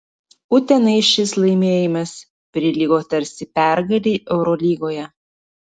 utenai šis laimėjimas prilygo tarsi pergalei eurolygoje